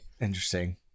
Interesting